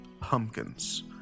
pumpkins